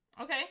Okay